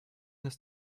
this